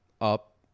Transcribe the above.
up